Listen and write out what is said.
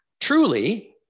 truly